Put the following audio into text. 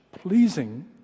pleasing